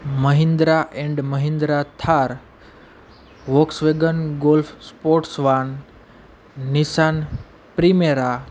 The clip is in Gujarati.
Mahindra and Mahindra Thar Volkswagen golf sports van Nissan Primera